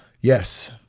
Yes